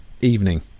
evening